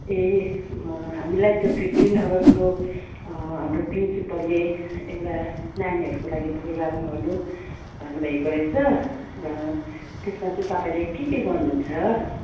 ए हामीलाई त फिप्टिन अगस्तको हाम्रो प्रिन्सिपलले एउटा नानीहरूको लागि प्रोग्राम गर्नु भन्नु भएको रहेछ र त्यसमा चाहिँ तपाईँले के के गर्नु हुन्छ